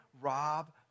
rob